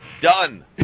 done